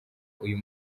uyu